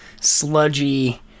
sludgy